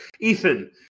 Ethan